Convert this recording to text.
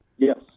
yes